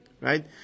Right